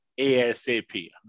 ASAP